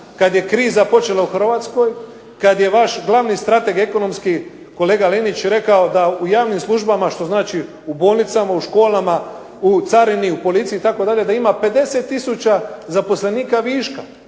kad je kriza počela u Hrvatskoj, kad je vaš glavni strateg ekonomski kolega Linić rekao da u javnim službama, što znači u bolnicama, u školama, u carini, u policiji itd., da ima 50 tisuća zaposlenika viška.